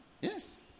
Yes